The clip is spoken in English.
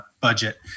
budget